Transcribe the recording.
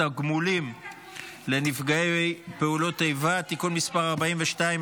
התגמולים לנפגעי פעולות איבה (תיקון מס' 42),